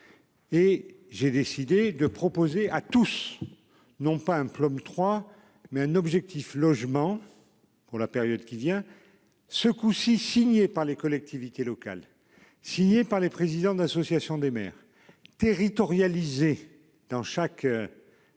Et j'ai décidé de proposer à tous non pas un plan 3 mais un objectif logement pour la période qui vient. Ce coup-ci signé par les collectivités locales. Signé par les présidents d'association des maires territorialisée. Dans chaque.